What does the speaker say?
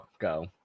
go